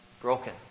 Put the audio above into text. broken